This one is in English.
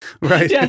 right